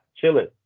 chilling